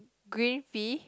green fee